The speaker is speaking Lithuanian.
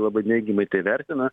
labai neigiamai tai vertino